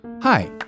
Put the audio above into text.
Hi